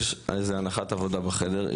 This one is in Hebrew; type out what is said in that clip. יש איזה הנחת עבודה בחדר,